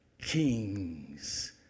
kings